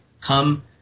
Come